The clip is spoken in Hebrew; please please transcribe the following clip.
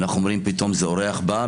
ואנחנו אומרים פתאום אורח בא,